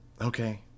Okay